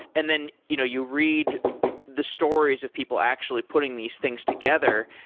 and then you know you read the stories of people actually putting these things together,